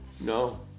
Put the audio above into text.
no